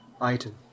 Item